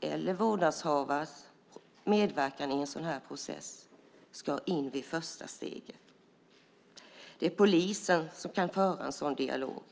eller vårdnadshavare, ska medverka i en sådan här process från första stund. Det är polisen som kan föra en sådan dialog.